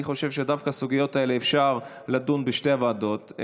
אני חושב שעל הסוגיות האלה אפשר לדון בשתי הוועדות.